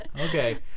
okay